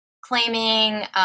claiming